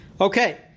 Okay